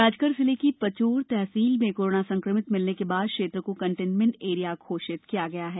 राजगढ़ जिले की पचोर तहसील में कोरोना संक्रमित मिलने के बाद क्षेत्र को कंटेनमेंट एरिया घोषित किया गया है